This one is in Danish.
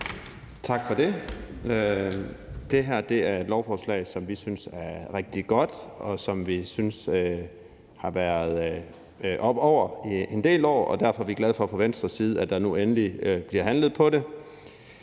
Tak for det. Det her er et lovforslag, som vi synes er rigtig godt, og som vi synes det har været oppe over med ien del år, og derfor er vi fra Venstres side glade for, at der nu endelig bliver handlet på det.